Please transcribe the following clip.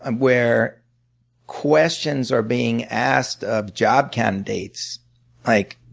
and where questions are being asked of job candidates like,